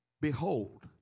behold